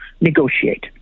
Negotiate